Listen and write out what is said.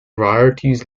varieties